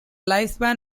lifespan